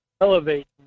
elevate